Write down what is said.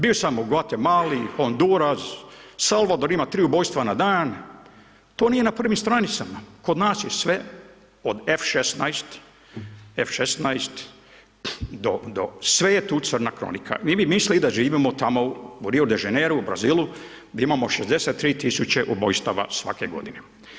Bio sam u Gvatemali, Honduras, Salvador ima tri ubojstva na dan, to nije na prvim stranicama, kod nas je sve od F 16 do sve je tu crna kronika i vi mislili da živimo tamo u Rio de Janeiru, u Brazilu gdje imamo 63 000 ubojstava svake godine.